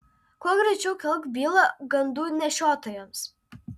kuo greičiau kelk bylą gandų nešiotojams